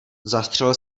zastřelil